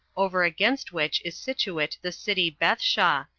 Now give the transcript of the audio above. over against which is situate the city bethshah,